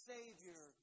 Savior